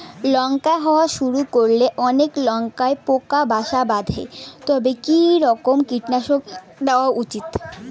লঙ্কা হওয়া শুরু করলে অনেক লঙ্কায় পোকা বাসা বাঁধে তবে কি রকমের কীটনাশক দেওয়া উচিৎ?